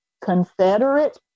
Confederate